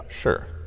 Sure